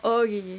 oh okay okay